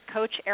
Coach